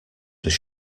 does